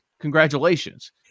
Congratulations